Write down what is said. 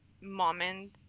moment